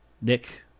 Nick